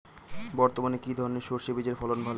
বর্তমানে কি ধরনের সরষে বীজের ফলন ভালো?